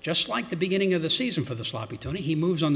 just like the beginning of the season for the sloppy tony he moves on